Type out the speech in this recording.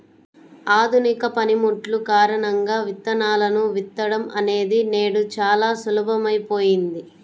ఆధునిక పనిముట్లు కారణంగా విత్తనాలను విత్తడం అనేది నేడు చాలా సులభమైపోయింది